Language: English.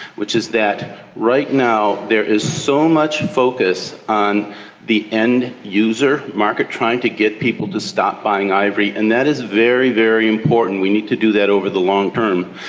which is that right now there is so much focus on the end user market trying to get people to stop buying ivory, and that is very, very important, we need to do that over the long term.